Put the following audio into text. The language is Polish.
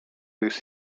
jest